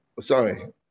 sorry